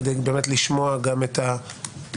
כדי באמת לשמוע גם את הגופים,